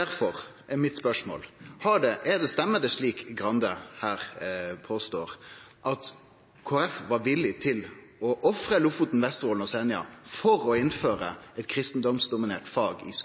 Derfor er spørsmålet mitt: Er det rett som Skei Grande påstår, at Kristeleg Folkeparti var villig til å ofre Lofoten, Vesterålen og Senja for å innføre eit kristendomsdominert fag i